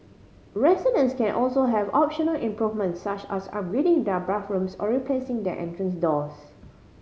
residents can also have optional improvements such as upgrading their bathrooms or replacing their entrance doors